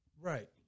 Right